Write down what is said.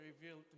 revealed